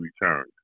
returned